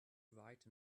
right